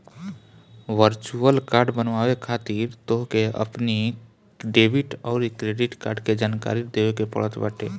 virtual card बनवावे खातिर तोहके अपनी डेबिट अउरी क्रेडिट कार्ड के जानकारी देवे के पड़त बाटे